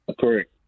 Correct